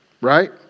Right